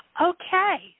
Okay